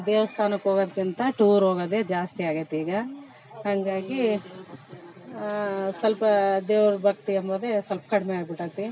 ದೇವಸ್ಥಾನಕ್ ಹೋಗೋದ್ಕಿಂತ ಟೂರ್ ಹೋಗದೇ ಜಾಸ್ತಿ ಆಗಿದೆ ಈಗ ಹಂಗಾಗೀ ಸ್ವಲ್ಪ ದೇವ್ರ ಭಕ್ತಿ ಅಂಬೋದೆ ಸ್ವಲ್ಪ ಕಡಿಮೆ ಆಗಿ ಬಿಟ್ಟಿದೆ